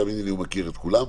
תאמיני לי, הוא מכיר את כולם.